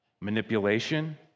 manipulation